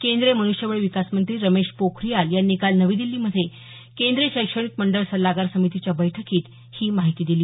केंद्रीय मन्ष्यबळ विकासमंत्री रमेश पोखरीयाल यांनी काल नवी दिल्लीमधे केंद्रीय शैक्षणिक मंडळ सल्लागार समितीच्या बैठकीत ही माहिती दिली